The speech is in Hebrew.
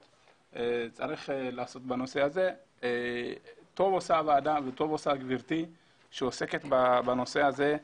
טוב עושה הוועדה וטוב עושה גברתי שעוסקת בנושא הזה.